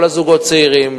כל הזוגות הצעירים,